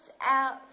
out